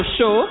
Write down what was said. Show